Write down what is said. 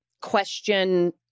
question